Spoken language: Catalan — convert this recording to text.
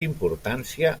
importància